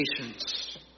patience